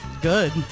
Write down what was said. Good